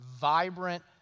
vibrant